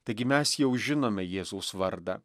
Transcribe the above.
taigi mes jau žinome jėzaus vardą